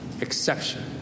exception